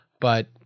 but-